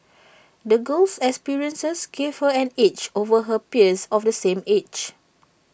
the girl's experiences gave her an edge over her peers of the same age